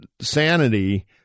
sanity